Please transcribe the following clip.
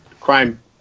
crime